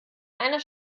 einer